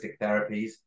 therapies